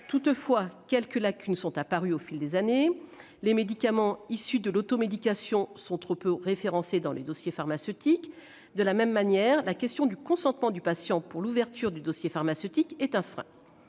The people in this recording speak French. Toutefois, quelques lacunes sont apparues au fil des années. Ainsi, les médicaments issus de l'automédication sont trop peu référencés dans les dossiers pharmaceutiques, et la question du consentement du patient pour l'ouverture du DP est un frein.